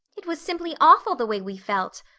it was simply awful the way we felt.